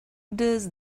does